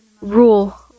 rule